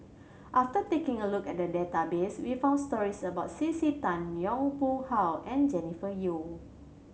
after taking a look at the database we found stories about C C Tan Yong Pung How and Jennifer Yeo